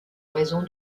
raison